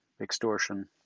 extortion